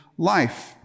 Life